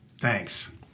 Thanks